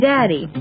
Daddy